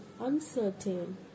uncertain